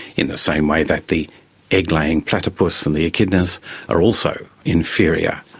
in the same way that the egg-laying platypus and the echidnas are also inferior,